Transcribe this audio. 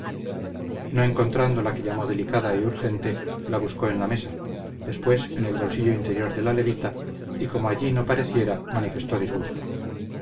no encontrando la que llamó delicada y urgente la buscó en la mesa después en el bolsillo interior de la levita y como allí no pareciera manifestó disgusto